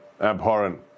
abhorrent